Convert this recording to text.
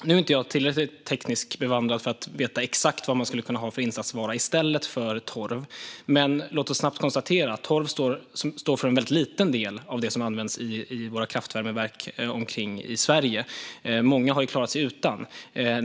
Nu är jag inte tillräckligt tekniskt bevandrad för att veta exakt vad man kan använda för insatsvara i stället för torv, men låt oss snabbt konstatera att torv står för en liten del av det som används i våra kraftvärmeverk i Sverige. Många har klarat sig utan.